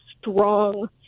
strong